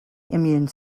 immune